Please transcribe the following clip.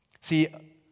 See